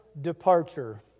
departure